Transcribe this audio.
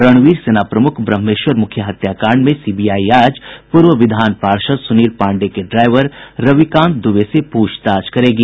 रणवीर सेना प्रमूख ब्रहमेश्वर मूखिया हत्याकांड में सीबीआई आज पूर्व विधान पार्षद सुनील पांडेय के ड्राईवर रविकांत दूबे से पूछताछ करेगी